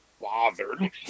bothered